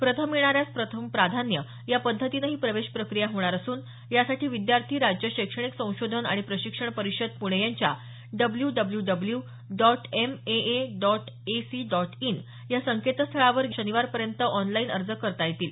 प्रथम येणाऱ्यास प्रथम प्राधान्य या पद्धतीनं ही प्रवेश प्रक्रिया होणार असून यासाठी विद्यार्थी राज्य शैक्षणिक संशोधन आणि प्रशिक्षण परिषद प्णे यांच्या W W W dot M A A dot A C dot in या संकेतस्थळावर येत्या शनिवारपर्यंत ऑनलाइन अर्ज करता येईल